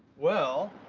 well.